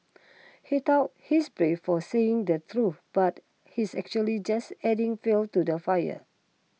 he thought he's brave for saying the truth but he's actually just adding fuel to the fire